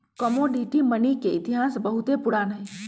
commodity money के इतिहास बहुते पुरान हइ